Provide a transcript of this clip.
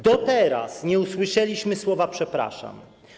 Do teraz nie usłyszeliśmy słowa „przepraszam”